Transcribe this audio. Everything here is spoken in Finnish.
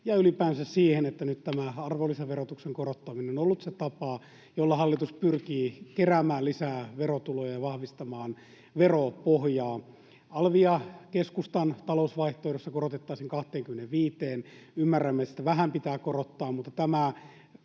ja ylipäänsä siihen, että nyt tämä arvonlisäverotuksen korottaminen on ollut se tapa, jolla hallitus pyrkii keräämään lisää verotuloja ja vahvistamaan veropohjaa. Alvia keskustan talousvaihtoehdossa korotettaisiin 25:een. Ymmärrämme, että sitä vähän pitää korottaa, mutta tämä